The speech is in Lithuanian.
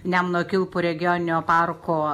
nemuno kilpų regioninio parko